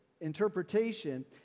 interpretation